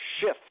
shift